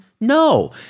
No